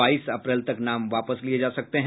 बाईस अप्रैल तक नाम वापस लिये जा सकते हैं